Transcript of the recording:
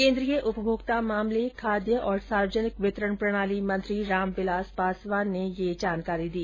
केंद्रीय उपभोक्ता मामले खाद्य और सार्वजनिक वितरण प्रणाली मंत्री रामविलास पासवान ने ये जानकारी दी